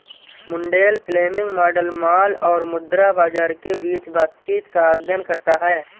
Mundell Fleming model माल और मुद्रा बाजार के बीच बातचीत का अध्ययन करता है